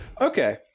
Okay